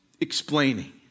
explaining